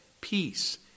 peace